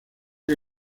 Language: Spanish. que